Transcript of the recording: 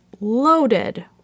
loaded